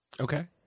Okay